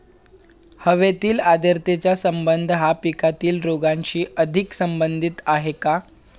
हवेतील आर्द्रतेचा संबंध हा पिकातील रोगांशी अधिक संबंधित आहे का?